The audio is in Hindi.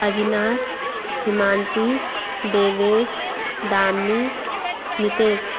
अविनाश हिमांशी देवेश दामिनी नितेश